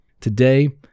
Today